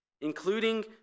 including